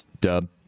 Dub